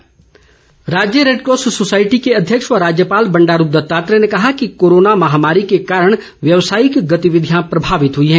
राज्यपाल राज्य Red Cross society के अध्यक्ष व राज्यपाल बंडारू दत्तात्रेय ने कहा कि कोरोना महामारी के कारण व्यवसायिक गतिविधियां प्रभावित हुई है